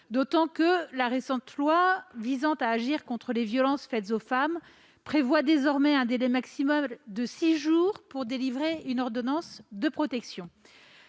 d'autant que la récente loi visant à agir contre les violences faites aux femmes prévoit désormais un délai maximum de six jours pour délivrer une ordonnance de protection.